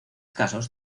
casos